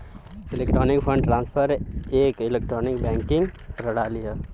electronic fund transfer एक electronic banking प्रणाली हौ